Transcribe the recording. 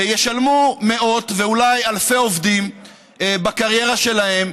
ישלמו מאות ואולי אלפי עובדים בקריירה שלהם,